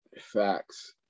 Facts